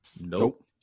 Nope